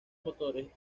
motores